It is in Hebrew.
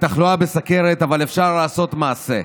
בתחלואה בסוכרת, אבל אפשר לעשות מעשה.